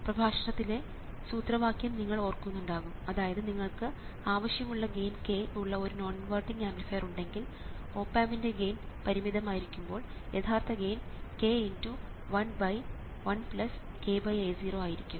പ്രഭാഷണത്തിലെ സൂത്രവാക്യം നിങ്ങൾ ഓർക്കുന്നുണ്ടാകും അതായത് നിങ്ങൾക്ക് ആവശ്യമുള്ള ഗെയിൻ k ഉള്ള ഒരു നോൺ ഇൻവെർട്ടിംഗ് ആംപ്ലിഫയർ ഉണ്ടെങ്കിൽ ഓപ് ആമ്പിൻറെ ഗെയിൻ പരിമിതമായിരിക്കുമ്പോൾ യഥാർത്ഥ ഗെയിൻ k×11kA0 ആയിരിക്കും